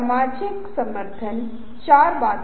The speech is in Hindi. इसलिए मैं इसे यथासंभव सरल यथासंभव मानक रखता हूं